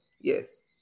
Yes